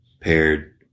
paired